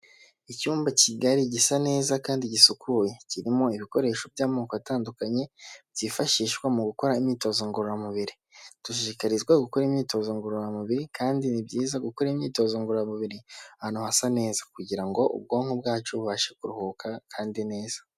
Icyumba kigari gisa neza kandi gisukuye kirimo ibikoresho by'amoko atandukanye byifashishwa mu gukora imyitozo ngororamubiri, dushishikarizwa gukora imyitozo ngororamubiri kandi ni byiza gukora imyitozo ngororamubiri, ahantu hasa neza kugira ngo ubwonko bwacu bubashe kuruhuka kandi neza.